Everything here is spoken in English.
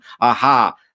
aha